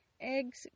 eggs